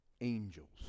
angels